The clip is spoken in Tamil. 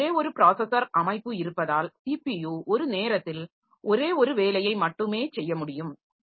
ஆனால் ஒரே ஒரு பிராஸஸர் அமைப்பு இருப்பதால் ஸிபியு ஒரு நேரத்தில் ஒரே ஒரு வேலையை மட்டுமே செய்ய முடியும்